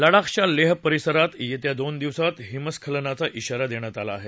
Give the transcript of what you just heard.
लडाखच्या लेह परिसरात येत्या दोन दिवसात हिमस्खलनाचा धि़ारा देण्यात आला आहे